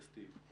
אסתי,